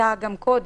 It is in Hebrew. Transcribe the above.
הייתה גם קודם.